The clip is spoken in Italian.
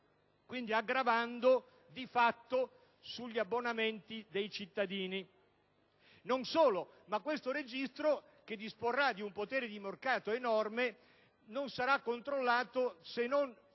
per gravare, di fatto, sugli abbonamenti dei cittadini; non solo, dacché questo registro, che disporrà di un potere di mercato enorme, non sarà controllato, se non